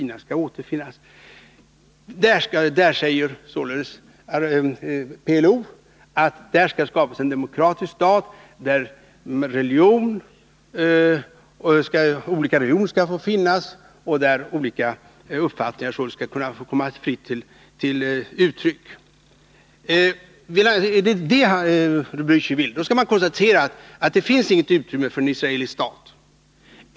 Där, säger PLO, skall det skapas en demokratisk stat, där olika religioner skall få finnas och olika uppfattningar få komma till fritt uttryck. Är det det som Raul Blächer vill? Då bör han konstatera att det inte finns något utrymme för en israelisk stat.